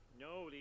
No